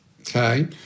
okay